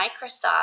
Microsoft